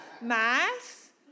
math